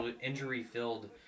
injury-filled